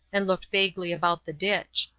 and looked vaguely about the ditch.